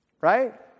Right